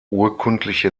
urkundliche